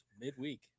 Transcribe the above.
Midweek